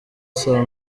saa